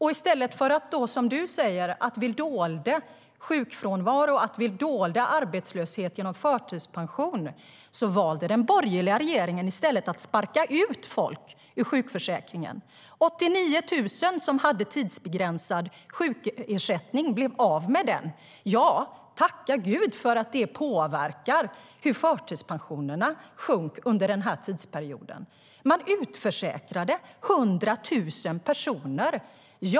I stället för att vi, som du säger, dolde arbetslöshet genom sjukfrånvaro och förtidspension valde den borgerliga regeringen att sparka ut folk ur sjukförsäkringen. 89 000 personer som hade tidsbegränsad sjukersättning blev av med den. Tacka Gud för att det påverkar hur förtidspensionerna minskade under den här tidsperioden! Man utförsäkrade 100 000 personer.